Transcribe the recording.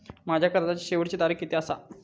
माझ्या कर्जाची शेवटची तारीख किती आसा?